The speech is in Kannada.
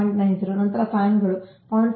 90 ನಂತರ ಫ್ಯಾನ್ಗಳು 0